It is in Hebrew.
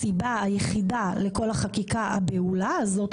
הסיבה היחידה לכל החקיקה הבהולה הזאת,